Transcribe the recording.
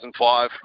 2005